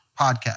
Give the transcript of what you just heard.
podcast